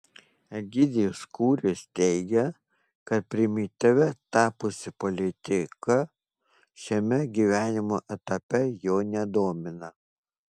egidijus kūris teigia kad primityvia tapusi politika šiame gyvenimo etape jo nedomina